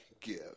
give